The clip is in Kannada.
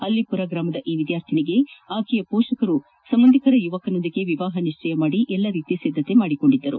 ಅಲ್ಲಿಪುರ ಗ್ರಾಮದ ಈ ವಿದ್ಯಾರ್ಥಿನಿಗೆ ಆಕೆಯ ಪೋಷಕರು ಸಂಬಂಧಿಕರ ಯುವಕನೊಂದಿಗೆ ವಿವಾಹ ನಿಶ್ಚಯ ಮಾಡಿ ಎಲ್ಲಾ ರೀತಿ ಸಿದ್ದತೆ ಮಾಡಿಕೊಂಡಿದ್ದರು